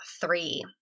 three